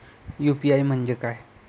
UPI म्हणजे काय?